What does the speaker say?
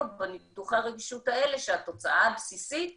בניתוחי הרגישות האלה שהתוצאה הבסיסית היא,